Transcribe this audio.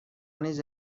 نیز